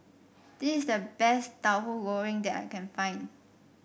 this is the best Tauhu Goreng that I can find